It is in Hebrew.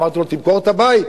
אמרתי לו: תמכור את הבית.